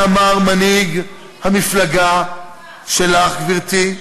את זה אמר מנהיג המפלגה שלך, גברתי.